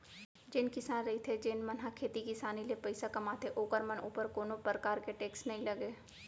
जेन किसान रहिथे जेन मन ह खेती किसानी ले पइसा कमाथे ओखर मन ऊपर कोनो परकार के टेक्स नई लगय